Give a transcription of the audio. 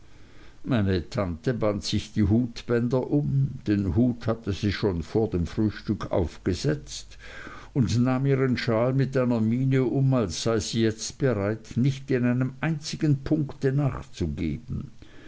meine tante band sich die hutbänder zu den hut hatte sie schon vor dem frühstück aufgesetzt und nahm ihren schal mit einer miene um als sei sie jetzt bereit nicht in einem einzigen punkte nachzugeben